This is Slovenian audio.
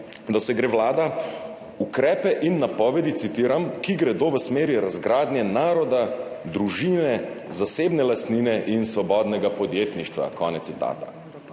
da se gre Vlada ukrepe in napovedi, citiram, »ki gredo v smeri razgradnje naroda, družine, zasebne lastnine in svobodnega podjetništva.«